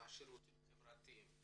והשירותים החברתיים,